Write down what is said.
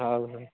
ହେଉ